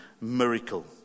miracle